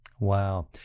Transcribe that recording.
Wow